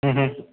ಹ್ಞೂ ಹ್ಞೂ